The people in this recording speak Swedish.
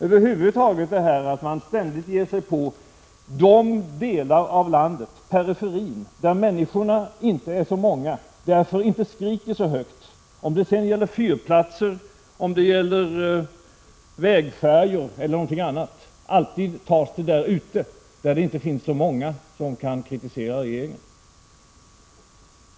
Över huvud taget ger man sig ständigt på de delar av landet — periferin — där människorna inte är så många och därför inte skriker så högt, oavsett om det gäller fyrplatser, vägfärjor eller något annat. Alltid tas det resurser där det inte finns så många som kan kritisera regeringen.